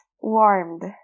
warmed